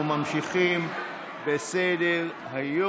אנחנו ממשיכים בסדר-היום.